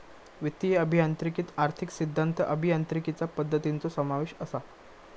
वित्तीय अभियांत्रिकीत आर्थिक सिद्धांत, अभियांत्रिकीचा पद्धतींचो समावेश असा